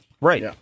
Right